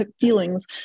feelings